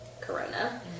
Corona